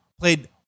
Played